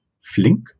Flink